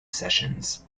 sessions